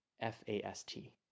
F-A-S-T